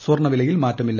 സ്വർണ വിലയിൽ മാറ്റമില്ല